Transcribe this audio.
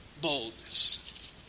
boldness